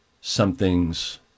something's